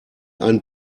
einen